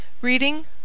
Reading